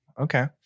Okay